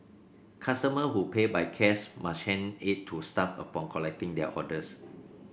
customer who pay by cash must hand it to staff upon collecting their orders